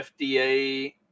FDA